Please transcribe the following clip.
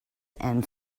and